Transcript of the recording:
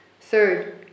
Third